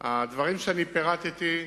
הדברים שפירטתי,